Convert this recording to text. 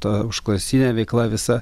ta užklasinė veikla visa